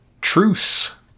Truce